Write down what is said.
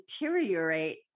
deteriorate